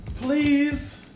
please